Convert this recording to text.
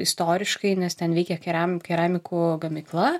istoriškai nes ten veikė keram keramikų gamykla